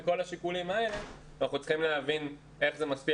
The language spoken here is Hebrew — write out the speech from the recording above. מכל השיקולים האלה אנחנו צריכים להבין איך זה משפיע